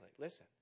Listen